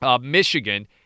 Michigan